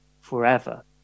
forever